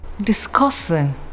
discussing